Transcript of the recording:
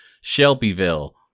Shelbyville